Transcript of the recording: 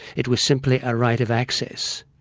it was simply a right of access.